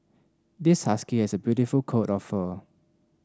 this husky has a beautiful coat of fur